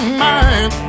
mind